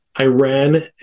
Iran